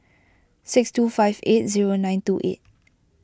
six two five eight zero nine two eight